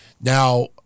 Now